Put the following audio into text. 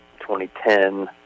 2010